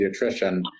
pediatrician